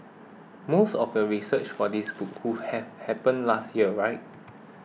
most of your research for this book who have happened last year right